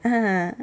ah